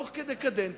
תוך כדי קדנציה,